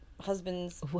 husband's